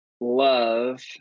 love